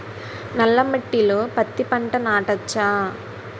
నల్ల మట్టిలో పత్తి పంట నాటచ్చా?